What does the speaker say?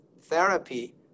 therapy